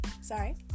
Sorry